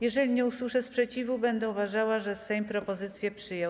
Jeżeli nie usłyszę sprzeciwu, będę uważała, że Sejm propozycję przyjął.